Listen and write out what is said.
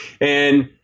And-